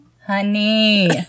Honey